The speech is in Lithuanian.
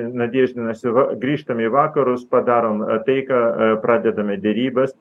nadeždinas tai va grįžtam į vakarus padarom taiką pradedame derybas